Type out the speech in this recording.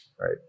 right